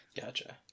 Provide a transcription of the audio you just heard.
Gotcha